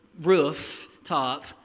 rooftop